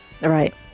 Right